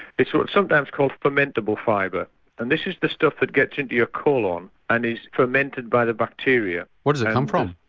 so it's sometimes called fermentable fibre and this is the stuff that gets into your colon and is fermented by the bacteria. where does it come from?